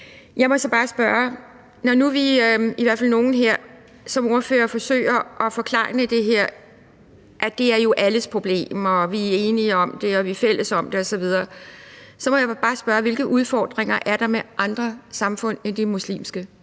og fra ministeren. Når i hvert fald nogle her som ordførere forsøger at forklejne det her ved at sige, at det jo er alles problemer, og at vi er enige om det, og at vi er fælles om det, osv., så må jeg bare spørge: Hvilke udfordringer er der med andre samfund end de muslimske?